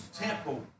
temple